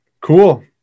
cool